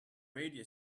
radio